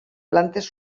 plantes